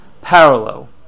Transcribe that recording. parallel